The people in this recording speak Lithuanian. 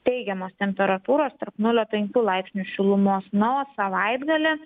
teigiamos temperatūros tarp nulio penkių laipsnių šilumos na o savaitgalį